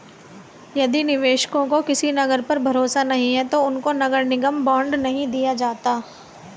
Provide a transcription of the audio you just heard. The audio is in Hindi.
यदि निवेशकों को किसी नगर पर भरोसा नहीं है तो उनको नगर निगम बॉन्ड नहीं दिया जाता है